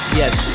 yes